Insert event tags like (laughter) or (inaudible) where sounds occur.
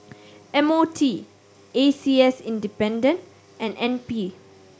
M O T A C S (unintelligible) and N P